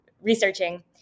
researching